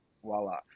voila